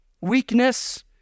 weakness